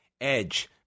Edge